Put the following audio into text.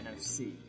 NFC